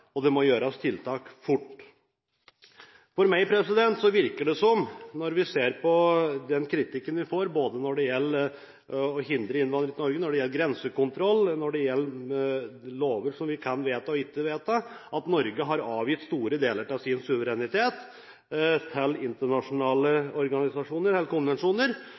tragedie. Her må det settes i verk tiltak, og det må gjøres fort. Når vi ser på den kritikken vi får når det gjelder å hindre innvandring til Norge, grensekontroll, lover vi kan og ikke kan vedta, virker det på meg som om Norge har avgitt store deler av sin suverenitet til internasjonale konvensjoner,